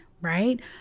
right